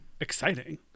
exciting